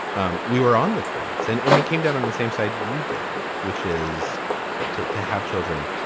um we were on the fence and and we came down on the same side you did which is to to have children.